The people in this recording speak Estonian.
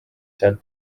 seal